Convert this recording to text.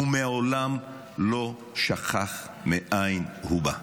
הוא מעולם לא שכח מאין הוא בא.